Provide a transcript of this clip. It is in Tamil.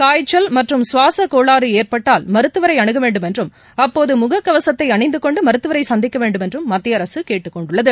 காய்ச்சல் மற்றும் சுவாசக் கோளாறு ஏற்பட்டால் மருத்துவரை அனுக வேண்டும் என்றும் அப்போது முகக்கவசத்தை அணிந்து கொண்டு மருத்துவரை சந்திக்க வேண்டுமென்றும் மத்திய அரசு கேட்டுக் கொண்டுள்ளது